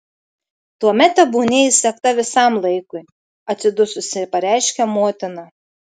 tuomet tebūnie įsegta visam laikui atsidususi pareiškia motina